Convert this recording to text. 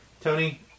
Tony